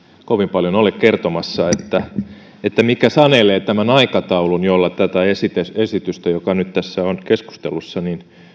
kovin paljon ole kertomassa mikä sanelee tämän aikataulun jolla tätä esitystä joka nyt tässä on keskustelussa